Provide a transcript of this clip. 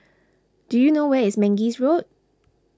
do you know where is Mangis Road